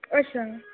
अच्छा